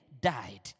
died